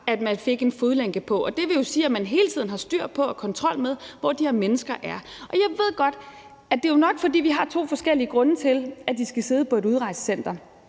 at de fik en fodlænke på, og det vil jo sige, at der hele tiden er styr på og kontrol med, hvor de her mennesker er. Jeg ved godt, at det jo nok er, fordi vi har to forskellige grunde til, at de skal sidde på et udrejsecenter.